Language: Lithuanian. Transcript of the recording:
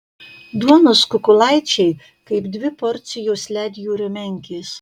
duonos kukulaičiai kaip dvi porcijos ledjūrio menkės